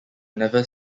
never